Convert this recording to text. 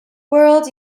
world